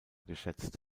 geschätzt